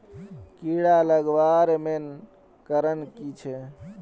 कीड़ा लगवार मेन कारण की छे?